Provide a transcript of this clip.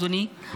אדוני,